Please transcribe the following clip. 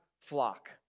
flock